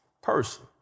Person